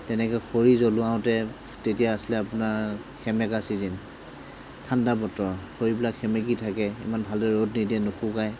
তেনেকৈ খৰি জ্বলাওঁতে তেতিয়া আছিলে আপোনাৰ সেমেকা চিজিন ঠাণ্ডা বতৰ খৰিবিলাক সেমেকি থাকে ইমান ভালদৰে ৰ'দ নিদিয়ে নুশুকায়